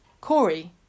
Corey